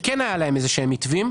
שכן היו להם איזשהם מתווים.